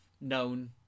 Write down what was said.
known